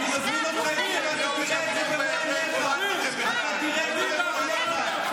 אני מזמין אותך, ואתה תראה את זה במו עיניך.